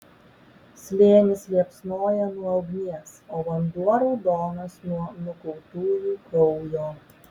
slėnis liepsnoja nuo ugnies o vanduo raudonas nuo nukautųjų kraujo